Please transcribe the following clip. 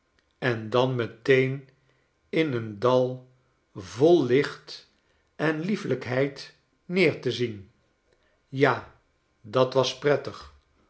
en dan meteen in een dal vol licht en liefelijkheid neer te zien ja dat was prettig